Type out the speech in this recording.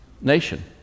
nation